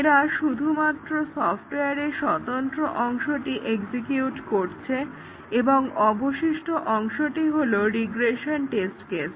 এরা শুধুমাত্র সফটওয়্যারের স্বতন্ত্র অংশটি এক্সিকিউট করছে এবং অবশিষ্ট অংশটি হলো রিগ্রেশন টেস্ট কেস